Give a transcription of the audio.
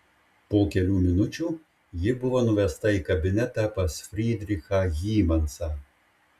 po kelių minučių ji buvo nuvesta į kabinetą pas frydrichą hymansą